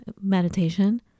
meditation